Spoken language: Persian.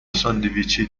ساندویچی